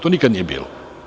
To nikada nije bilo.